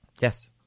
Yes